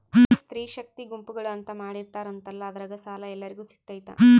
ಈ ಸ್ತ್ರೇ ಶಕ್ತಿ ಗುಂಪುಗಳು ಅಂತ ಮಾಡಿರ್ತಾರಂತಲ ಅದ್ರಾಗ ಸಾಲ ಎಲ್ಲರಿಗೂ ಸಿಗತೈತಾ?